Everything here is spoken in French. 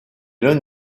l’un